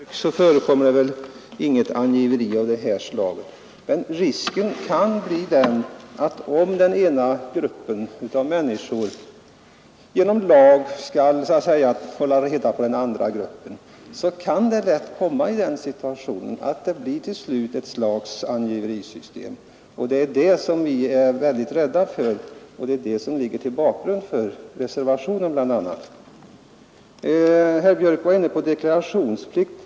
Fru talman! I dag förekommer det väl inget angiveri av det här slaget, men om en grupp av människor genom lag åläggs att hålla reda på en annan grupp, är det risk att det till slut blir ett slags angiverisystem. Det är vi rädda för, och det är den rädslan som ligger bakom reservationerna. Herr Björk i Göteborg talade om deklarationsplikten.